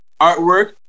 artwork